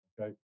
Okay